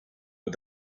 but